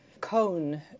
cone